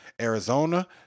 Arizona